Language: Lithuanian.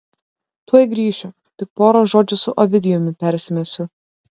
tuoj grįšiu tik pora žodžių su ovidijumi persimesiu